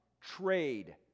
trade